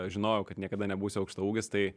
žinojau kad niekada nebūsiu aukštaūgis tai